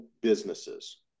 businesses